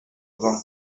vent